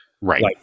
right